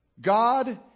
God